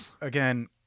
again